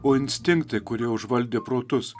o instinktai kurie užvaldė protus